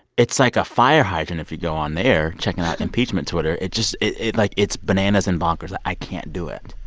it's like a fire hydrant if you go on there, checking out impeachment twitter. it just it, like it's bananas and bonkers. i i can't do it.